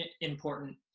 important